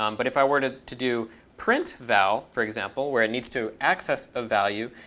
um but if i were to to do print val, for example, where it needs to access a value,